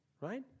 right